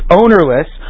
ownerless